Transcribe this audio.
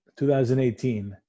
2018